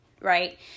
right